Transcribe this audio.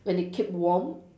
when it keep warm